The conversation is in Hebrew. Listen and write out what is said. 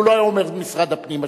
הוא לא היה אומר, משרד הפנים אשם.